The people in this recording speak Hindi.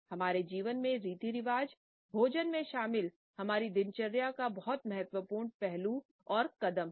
हमारे जीवन में रीति रिवाज़ भोजन में शामिल हमारी दिनचर्या का बहुत महत्वपूर्ण पहलू और कदम हैं